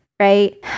Right